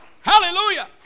Hallelujah